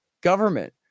government